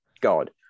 God